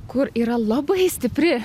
kur yra labai stipri